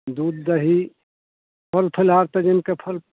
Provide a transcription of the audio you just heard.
दूध दही फल फलहार तऽ जमिके फल